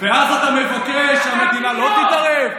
ואז אתה מבקש שהמדינה לא תתערב.